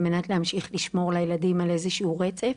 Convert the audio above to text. על מנת להמשיך לשמור לילדים על איזשהו רצף.